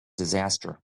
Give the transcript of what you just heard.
disaster